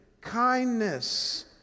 kindness